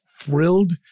thrilled